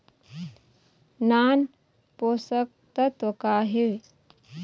नान पोषकतत्व का हे?